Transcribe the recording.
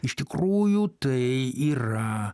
iš tikrųjų tai yra